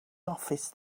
office